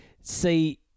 see